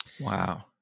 wow